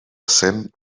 cent